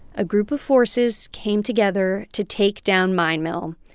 a group of forces came together to take down mine mill,